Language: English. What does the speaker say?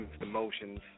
emotions